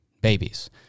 babies